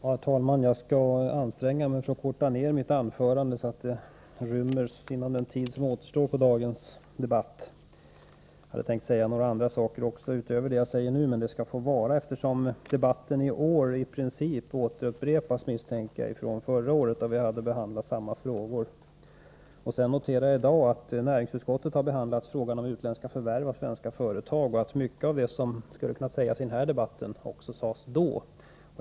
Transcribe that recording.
Herr talman! Jag skall anstränga mig och korta ned mitt anförande så att det ryms inom den tid som återstår för dagens debatt. Jag hade nämligen tänkt nämna ytterligare några saker utöver det som jag strax skall säga. Men det får vara eftersom debatten i år i princip är en upprepning — jag misstänker det — av debatten förra året. Då hade vi att behandla samma frågor. Vidare noterar jag att vi tidigare i dag behandlat näringsutskottets betänkande om utländska förvärv av svenska företag. Mycket av det som skulle kunna sägas i den här debatten sades då.